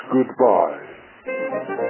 Goodbye